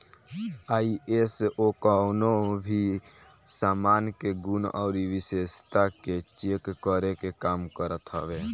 ISO कवनो भी सामान के गुण अउरी विशेषता के चेक करे के काम करत हवे